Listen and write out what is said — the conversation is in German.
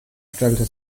stellte